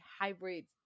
hybrids